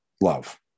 love